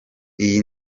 iyi